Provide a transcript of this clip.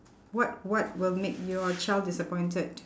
what what will make your child disappointed